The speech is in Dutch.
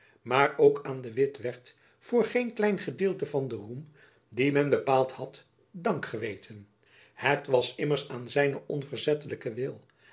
maar ook aan de witt werd voor geen klein gedeelte van den roem dien men behaald had dank geweten het was immers aan zijnen onverzettelijken wil